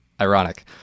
ironic